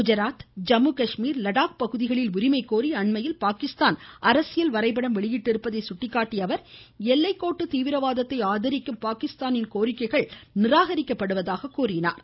குஜராத் ஜம்மு கர்மீர் லடாக் பகுதிகளில் உரிமை கோரி அண்மையில் பாகிஸ்தான் அரசியல் வரைபடம் வெளியிட்டிருப்பதை சுட்டிக்காட்டிய அவர் எல்லைக்கோட்டு தீவிரவாதத்தை ஆதரிக்கும் பாகிஸ்தாவின் கோரிக்கைகள் நிராகரிக்கப்படுவதாக தெரிவித்தார்